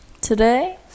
today